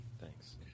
Thanks